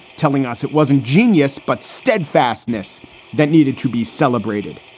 telling us it wasn't genius, but steadfastness that needed to be celebrated.